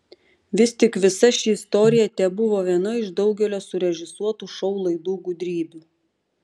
vis tik visa ši istorija tebuvo viena iš daugelio surežisuotų šou laidų gudrybių